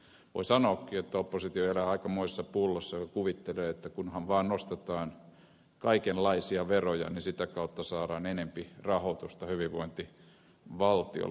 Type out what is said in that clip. voikin sanoa että oppositio elää aikamoisessa pullossa ja kuvittelee että kunhan vaan nostetaan kaikenlaisia veroja niin sitä kautta saadaan enempi rahoitusta hyvinvointivaltiolle tai hyvinvointiyhteiskunnalle